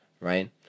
right